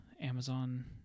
Amazon